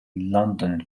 london